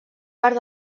part